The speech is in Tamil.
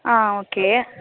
ஆ ஓகே